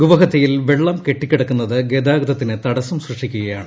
ഗുവഹത്തിയിൽ വെള്ളം കെട്ടികിടക്കുന്നത് ഗതാഗതത്തിന് തടസ്സം സൃഷ്ടിക്കുകയാണ്